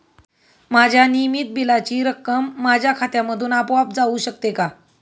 माझ्या नियमित बिलाची रक्कम माझ्या खात्यामधून आपोआप जाऊ शकते का?